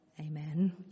Amen